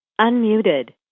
Unmuted